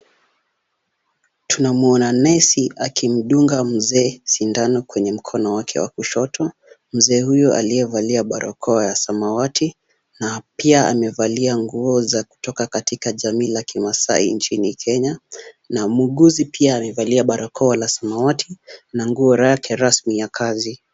Tunamwona nesi akimdunga mzee sindano kwenye mkono wake wa kushoto. Mzee huyo aliyevalia barakoa ya samawati na pia amevalia nguo za kutoka katika jamii la kimaasai nchini Kenya na muuguzi pia amevalia barakoa la samawati na nguo lake rasmi la kazi.